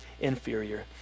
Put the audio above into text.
inferior